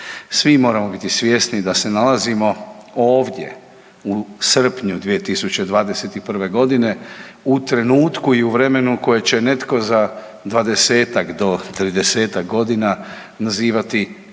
svi moramo biti svjesni da se nalazimo ovdje u srpnju 2021.g. u trenutku i vremenu koje će netko za 20-ak do 30-ak godina nazivati